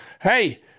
hey